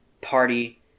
party